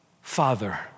Father